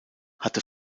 hatte